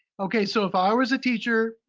okay, so if i was a teacher.